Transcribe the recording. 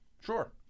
Sure